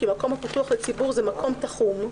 כי מקום הפתוח לציבור זה מקום תחום,